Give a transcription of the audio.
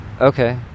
Okay